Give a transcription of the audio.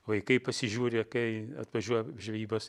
vaikai pasižiūri kai atvažiuoja žvybos